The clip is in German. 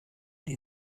die